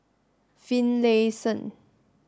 Finlayson